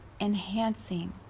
enhancing